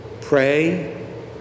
Pray